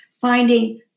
finding